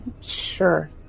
sure